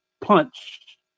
punch